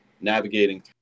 navigating